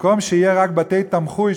במקום שיהיו רק בתי-תמחוי,